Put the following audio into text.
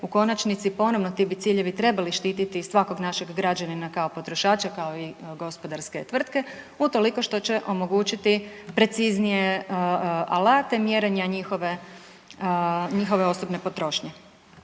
U konačnici ponovno ti bi ciljevi trebali štititi i svakog našeg građanina kao potrošača kao i gospodarske tvrtke utoliko što će omogućiti preciznije alate mjerenja njihove, njihove osobne potrošnje.